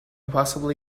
possibly